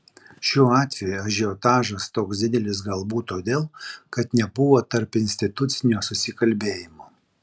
šiuo atveju ažiotažas toks didelis galbūt todėl kad nebuvo tarpinstitucinio susikalbėjimo